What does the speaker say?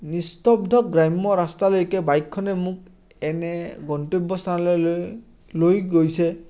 নিস্তব্ধ গ্ৰাম্য ৰাস্তালৈকে বাইকখনে মোক এনে গন্তব্যস্থানলৈ লৈ লৈ গৈছে